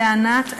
לענת,